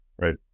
Right